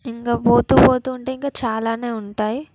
ఇంకా పోతూ పోతూ ఉంటే ఇంకా చాలానే ఉంటాయి